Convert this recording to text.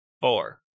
Four